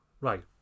right